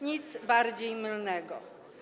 Nic bardziej mylnego.